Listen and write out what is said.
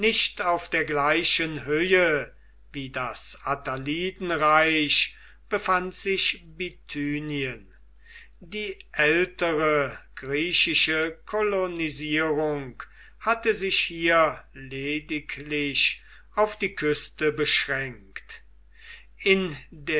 auf der gleichen höhe wie das attalidenreich befand sich bithynien die ältere griechische kolonisierung hatte sich hier lediglich auf die küste beschränkt in